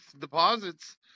deposits